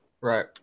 Right